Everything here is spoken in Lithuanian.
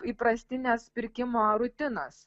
įprastinės pirkimo rutinos